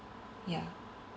ya